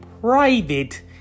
private